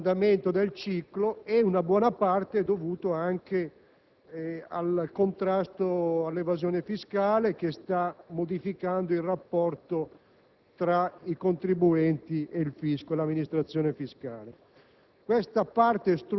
Le origini dell'extragettito, come sappiamo, sono dovute all'andamento del ciclo e una buona parte di esso è dovuto anche al contrasto all'evasione fiscale che sta modificando il rapporto